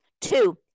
Two